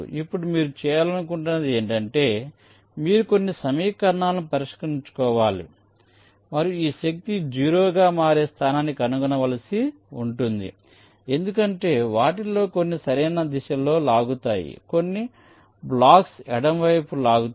ఇప్పుడు మీరు చేయాలనుకుంటున్నది ఏమిటంటే మీరు కొన్ని సమీకరణాలను పరిష్కరించుకోవాలి మరియు ఈ శక్తి 0 గా మారే స్థానాన్ని కనుగొనవలసి ఉంటుంది ఎందుకంటే వాటిలో కొన్ని సరైన దిశలో లాగుతాయి కొన్ని బ్లాక్స్ ఎడమవైపు లాగుతాయి